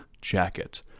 jacket